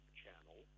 channel